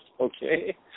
Okay